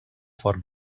for